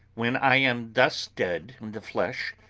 when i am thus dead in the flesh,